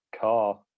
car